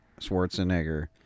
Schwarzenegger